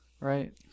Right